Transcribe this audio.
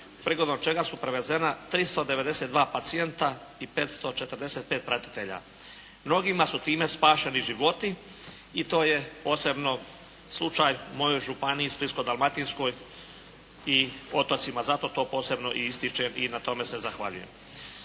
prigodom čega su prevezena 392 pacijenta i 545 pratitelja. Mnogima su time spašeni životi i to je posebno slučaj u mojoj Županiji splitsko-dalmatinskoj i otocima, zato to posebno i ističem i na tome se zahvaljujem.